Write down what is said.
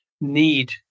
need